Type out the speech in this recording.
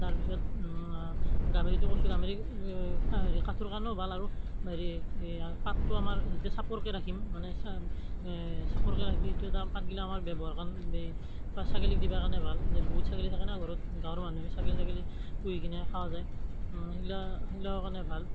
তাৰপিছত গামাৰিটো কৈছোঁ গামাৰি কা হেৰি কাঠৰ কাৰণেও ভাল আৰু হেৰি এয়া পাতটো আমাৰ যেতিয়া চাপৰকে ৰাখিম মানে চা চাপৰকে ৰাখিলে এইটো এটা পাতগিলা আমাৰ ব্যৱহাৰ কাৰণে বা ছাগলীক দিবৰ কাৰণে ভাল বহুত ছাগলী থাকে না ঘৰত গাঁৱৰ মানুহে ছাগলী থাকিলে পুহি কিনে খাৱা যায় এইবিলাক এইবিলাকৰ কাৰণে ভাল